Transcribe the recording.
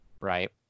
right